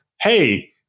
hey